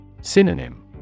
Synonym